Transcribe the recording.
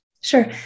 Sure